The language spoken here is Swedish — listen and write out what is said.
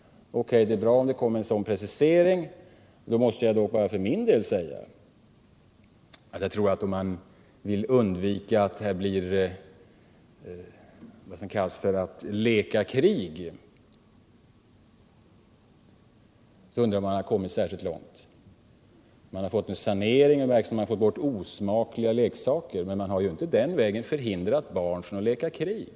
O.K. — då måste jag bara för min del säga, att om man vill undvika vad som kallas att leka krig, så undrar jag om man i så fall har kommit särskilt långt. Man har åstadkommit en sanering och fått bort osmakliga leksaker. Men man har ju inte den vägen hindrat barn från att leka krig.